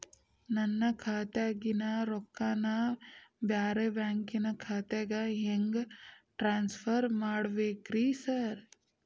ನನ್ನ ಖಾತ್ಯಾಗಿನ ರೊಕ್ಕಾನ ಬ್ಯಾರೆ ಬ್ಯಾಂಕಿನ ಖಾತೆಗೆ ಹೆಂಗ್ ಟ್ರಾನ್ಸ್ ಪರ್ ಮಾಡ್ಬೇಕ್ರಿ ಸಾರ್?